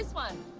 one.